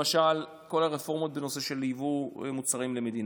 למשל כל הרפורמות בנושא של יבוא מוצרים למדינה,